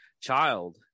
child